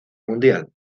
mundial